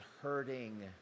hurting